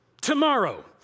tomorrow